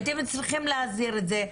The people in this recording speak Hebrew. הייתם צריכים להסדיר את זה.